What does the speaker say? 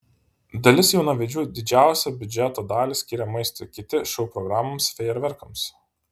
dalis jaunavedžių didžiausią biudžeto dalį skiria maistui kiti šou programoms fejerverkams